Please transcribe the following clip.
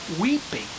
weeping